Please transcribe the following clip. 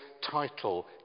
title